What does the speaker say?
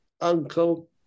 uncle